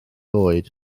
oed